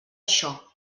això